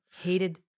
hated